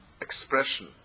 expression